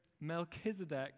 Melchizedek